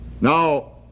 Now